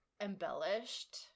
embellished